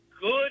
good